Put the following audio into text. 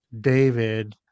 David